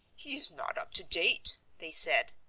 he is not up to date, they said.